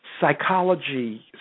psychology